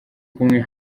kumwe